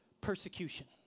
persecution